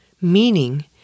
Meaning